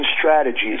strategies